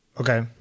Okay